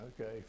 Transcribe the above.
Okay